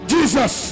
Jesus